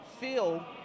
feel